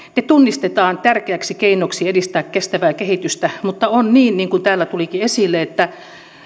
ne tunnistetaan tärkeäksi keinoksi edistää kestävää kehitystä mutta on niin niin kuten täällä tulikin esille että